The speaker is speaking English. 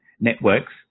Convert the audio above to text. networks